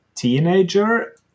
teenager